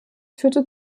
führte